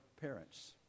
parents